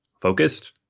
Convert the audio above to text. focused